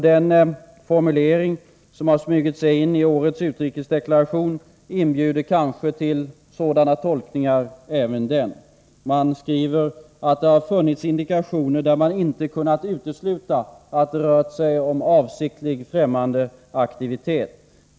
Den formulering som har smugit sig in i årets utrikesdeklaration inbjuder kanske också till sådana tolkningar. Man skriver att det har funnits indikationer och att man ”inte kunnat utesluta” att det rört sig om avsiktlig främmande aktivitet.